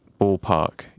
ballpark